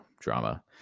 Drama